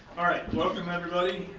welcome everybody.